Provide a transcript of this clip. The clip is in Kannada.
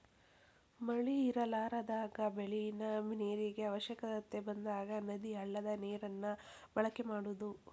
ಮಳಿ ಇರಲಾರದಾಗ ಬೆಳಿಗೆ ನೇರಿನ ಅವಶ್ಯಕತೆ ಬಂದಾಗ ನದಿ, ಹಳ್ಳದ ನೇರನ್ನ ಬಳಕೆ ಮಾಡುದು